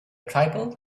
tribal